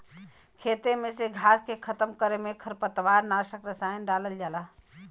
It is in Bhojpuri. खेते में से घास के खतम करे में खरपतवार नाशक रसायन डालल जाला